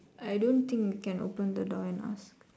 I don't think we can open the door and ask